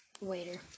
waiter